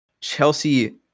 Chelsea